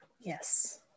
Yes